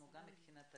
גם מבחינת הגיל,